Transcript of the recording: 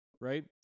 right